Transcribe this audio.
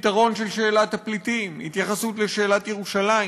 פתרון שאלת הפליטים, התייחסות לשאלת ירושלים.